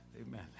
Amen